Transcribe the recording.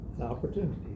opportunity